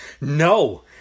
No